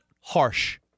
harsh